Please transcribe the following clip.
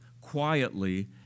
quietly